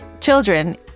children